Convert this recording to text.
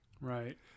Right